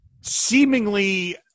Seemingly